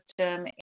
system